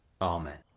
amen